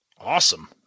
Awesome